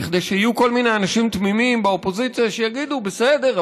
כדי שיהיו כל מיני אנשים תמימים באופוזיציה שיגידו: בסדר,